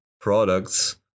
products